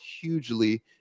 hugely